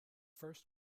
first